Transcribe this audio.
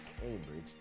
Cambridge